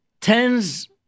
tens